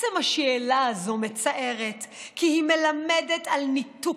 עצם השאלה הזאת מצערת, כי היא מלמדת על ניתוק,